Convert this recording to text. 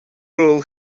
rôl